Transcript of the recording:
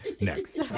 next